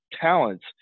talents